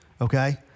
Okay